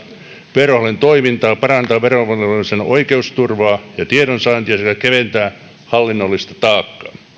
verohallinnon toimintaa parantaa verovelvollisten oikeusturvaa ja tiedonsaantia sekä keventää hallinnollista